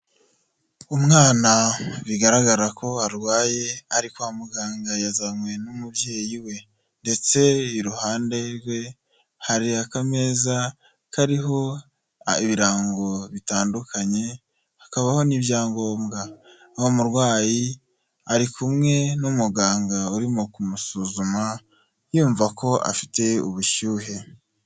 Umwana bigaragara ko arwaye ariko kwa muganga yazanywe n'umubyeyi we, ndetse iruhande rwe hari akameza kariho ibirango bitandukanye, hakabaho n'ibyangombwa, umurwayi ari kumwe n'umuganga urimo kumusuzuma yumva ko afite ubushyuhe.